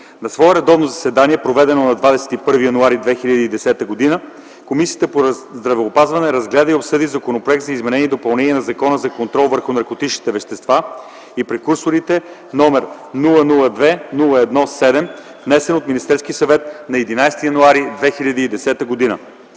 На свое редовно заседание, проведено на 21 януари 2010 г., Комисията по здравеопазването разгледа и обсъди Законопроект за изменение и допълнение на Закона за контрол върху наркотичните вещества и прекурсорите, № 002-01-7, внесен от Министерския съвет на 11 януари 2010 г.